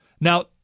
Now